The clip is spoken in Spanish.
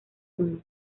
uno